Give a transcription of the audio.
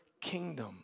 kingdom